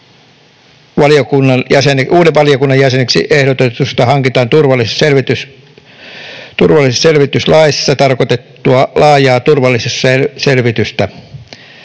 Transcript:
uuden valiokunnan jäseneksi ehdotetuista hankitaan turvallisuusselvityslaissa tarkoitettu laaja turvallisuusselvitys